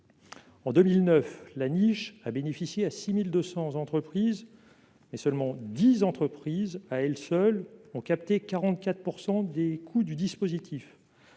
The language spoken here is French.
En 2009, la niche a bénéficié à 6 200 entreprises et seulement 10 entreprises, à elles seules, ont capté 44 % des coûts du dispositif.